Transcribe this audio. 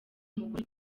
umugore